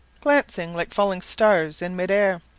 glancing like falling stars in mid-air,